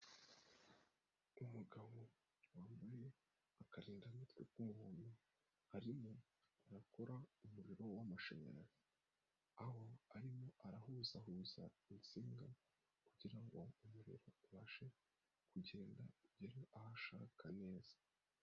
Umugabo wambaye akarindamutwe k'umuntu arimo arakora umuriro w'amashanyarazi, aho arimo arahuza ahuza insinga kugira ngo umuriro ubashe kugenda ugere aho ashaka neza.